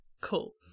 cool